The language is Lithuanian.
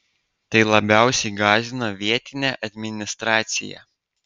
tai labiausiai gąsdino vietinę administraciją